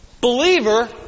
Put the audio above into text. believer